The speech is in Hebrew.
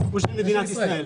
הוא של מדינת ישראל.